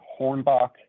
Hornbach